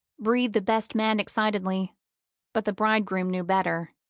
breathed the best man excitedly but the bridegroom knew better.